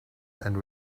and